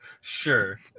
Sure